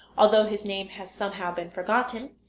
although his name has somehow been forgotten.